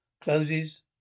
closes